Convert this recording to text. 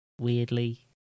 weirdly